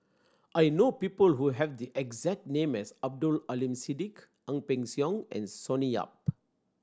I know people who have the exact name as Abdul Aleem Siddique Ang Peng Siong and Sonny Yap